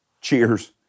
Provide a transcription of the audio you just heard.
cheers